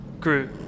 grew